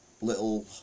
little